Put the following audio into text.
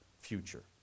future